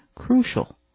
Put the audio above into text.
crucial